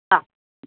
हा